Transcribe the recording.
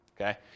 Okay